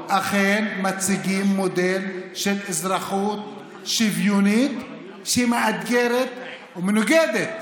אנחנו אכן מציגים מודל של אזרחות שוויונית שמאתגרת ומנוגדת